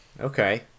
okay